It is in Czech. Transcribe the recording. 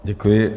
Děkuji.